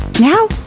Now